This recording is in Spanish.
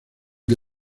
the